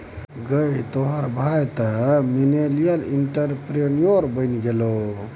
गै तोहर भाय तँ मिलेनियल एंटरप्रेन्योर बनि गेलौ